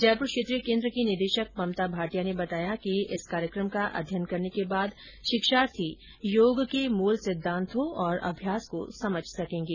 जयपुर क्षेत्रीय केन्द्र की निदेशक ममता भाटिया ने बताया इस विशेष कार्यक्रम का अध्ययन करने के बाद शिक्षार्थी योग के मूल सिद्दान्तों ओर अभ्यास को समझ सकेगें